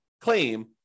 claim